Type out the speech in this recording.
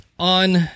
On